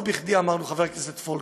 לא בכדי אמרנו, חבר הכנסת פולקמן,